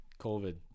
COVID